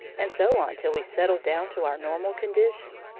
and so on till we settled down to our normal condition.